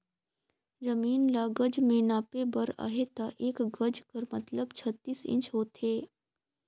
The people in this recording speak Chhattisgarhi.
जमीन ल गज में नापे बर अहे ता एक गज कर मतलब छत्तीस इंच होथे